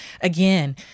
Again